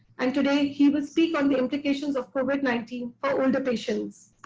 and today, he will speak on the implications of covid nineteen for older patients.